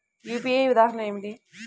UPI ఉదాహరణ ఏమిటి?